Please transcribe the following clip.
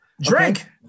drink